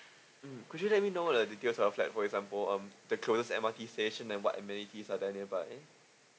mm could you let me know the details of like for example um the closer M_R_T station and what amenities are there nearby